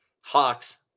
Hawks